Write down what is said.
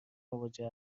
مواجه